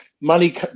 money